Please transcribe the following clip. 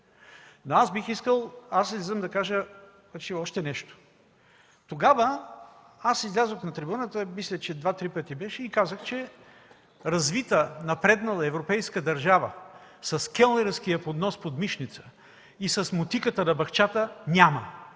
нещо. Аз излизам да кажа още нещо. Тогава аз излязох на трибуната, мисля, че беше два-три пъти и казах, че развита, напреднала европейска държава с келнерския поднос под мишница и с мотиката на бахчата няма.